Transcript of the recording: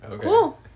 cool